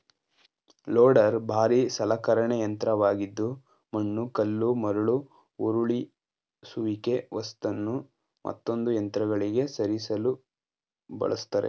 loader ಭಾರೀ ಸಲಕರಣೆ ಯಂತ್ರವಾಗಿದ್ದು ಮಣ್ಣು ಕಲ್ಲು ಮರಳು ಉರುಳಿಸುವಿಕೆ ವಸ್ತುನು ಮತ್ತೊಂದು ಯಂತ್ರಗಳಿಗೆ ಸರಿಸಲು ಬಳಸ್ತರೆ